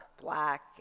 black